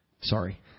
Sorry